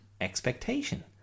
expectation